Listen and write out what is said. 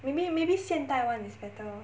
maybe maybe 现代 [one] is better